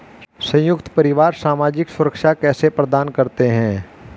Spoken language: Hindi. संयुक्त परिवार सामाजिक सुरक्षा कैसे प्रदान करते हैं?